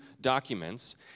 documents